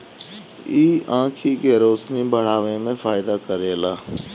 इ आंखी के रोशनी बढ़ावे में फायदा करेला